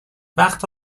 وقت